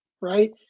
right